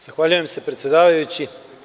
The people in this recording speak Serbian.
Zahvaljujem se, predsedavajući.